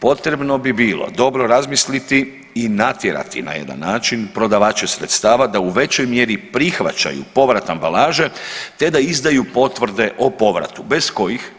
Potrebno bi bilo dobro razmisliti i natjerati na jedan način prodavače sredstava da u većoj mjeri prihvaćaju povrat ambalaže te da izdaju potvrde o povratu bez kojih